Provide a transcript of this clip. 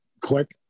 Click